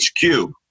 HQ